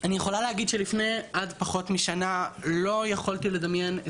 אני יכולה להגיד שלפני עד פחות משנה לא יכולתי לדמיין את